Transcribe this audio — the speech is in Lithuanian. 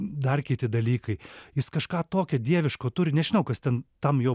dar kiti dalykai jis kažką tokio dieviško turi nežinau kas ten tam jo